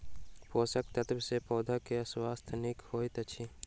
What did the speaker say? पोषक तत्व सॅ पौधा के स्वास्थ्य नीक होइत अछि